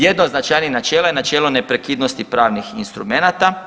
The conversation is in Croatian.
Jedno od značajnijih načela je načelo neprekidnosti pravnih instrumenata.